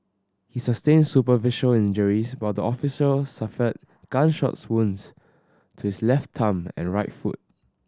he sustained superficial injuries while the officer suffered gunshot wounds to his left thumb and right foot